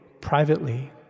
privately